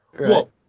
Whoa